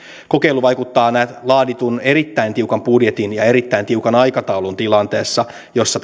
kokeilu vaikuttaa näet laaditun erittäin tiukan budjetin ja erittäin tiukan aikataulun tilanteessa jossa